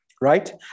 Right